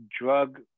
drug